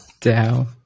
down